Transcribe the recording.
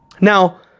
Now